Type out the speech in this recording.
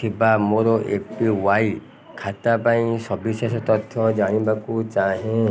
ଥିବା ମୋର A P Y ଖାତା ପାଇଁ ସବିଶେଷ ତଥ୍ୟ ଜାଣିବାକୁ ଚାହେଁ